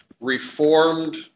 Reformed